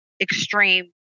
extreme